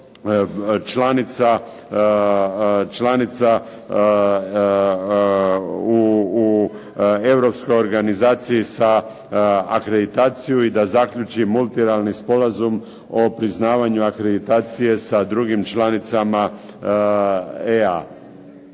članica u Europskoj organizaciji za akreditaciju i da zaključi multilateralni sporazum o priznavanju akreditacije sa drugim članicama EA-a,